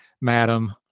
madam